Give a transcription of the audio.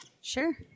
sure